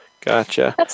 Gotcha